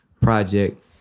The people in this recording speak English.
project